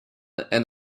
and